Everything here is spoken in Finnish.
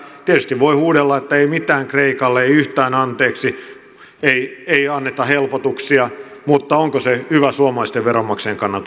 tietysti voi huudella että ei mitään kreikalle ei yhtään anteeksi ei anneta helpotuksia mutta onko se hyvä suomalaisten veronmaksajien kannalta